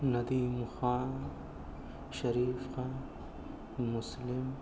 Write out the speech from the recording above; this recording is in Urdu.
ندیم خان شریف خان مسلم